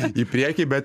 į priekį be